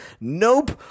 nope